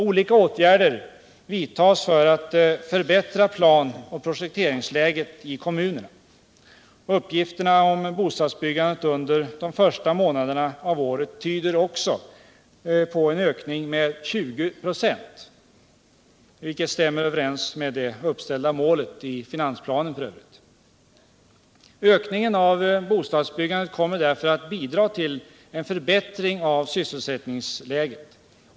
Olika åtgärder vidtas för att förbättra planeringsoch projekteringsläget i kommunerna. Uppgifterna om bostadsbyggandet under de första månaderna av året tyder också på en ökning med 20 96, vilket stämmer överens med det uppställda målet i finansplanen. Ökningen av bostadsbyggandet kommer därför att bidra till en förbättring av sysselsättningsläget.